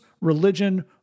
religion